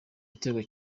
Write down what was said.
igitego